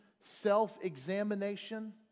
self-examination